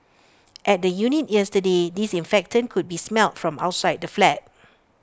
at the unit yesterday disinfectant could be smelt from outside the flat